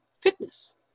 fitness